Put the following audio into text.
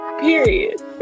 Period